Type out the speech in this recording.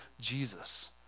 jesus